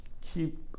keep